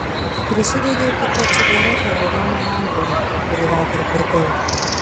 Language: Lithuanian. prisidegiau tikrą cigaretę raudono marlboro kurį vakar pirkau